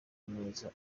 neza